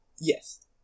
Yes